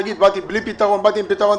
תגיד שבאת בלי פתרון או באת עם פתרון.